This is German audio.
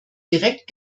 direkt